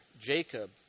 Jacob